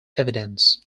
evidence